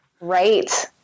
Right